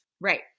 Right